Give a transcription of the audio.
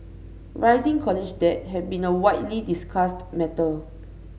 rising college debt has been a widely discussed matter